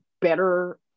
better